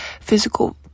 physical